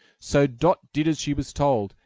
so dot did as she was told,